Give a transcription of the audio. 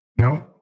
No